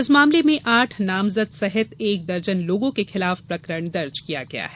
इस मामले में आठ नामजद सहित एक दर्जन लोगों के खिलाफ प्रकरण दर्ज किया गया है